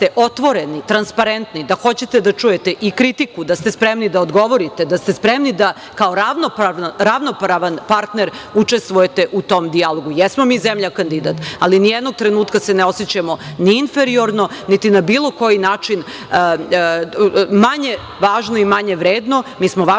da ste otvoreni, transparentni, da hoćete da čujete i kritiku, da ste spermini da odgovorite, da ste spremni da kao ravnopravni partner učestvujete u tom dijalogu. Jesmo mi zemlja kandidat, ali nijednog trenutka se ne osećamo ni inferiorno, niti na bilo koji način manje važno i manje vredno.